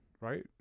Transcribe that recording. right